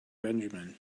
benjamin